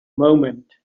moment